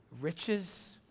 riches